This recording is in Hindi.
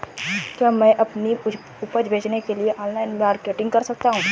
क्या मैं अपनी उपज बेचने के लिए ऑनलाइन मार्केटिंग कर सकता हूँ?